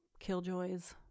Killjoys